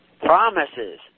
promises